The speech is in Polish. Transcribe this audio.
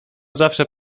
zawsze